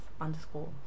underscore